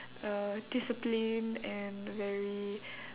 uh disciplined and very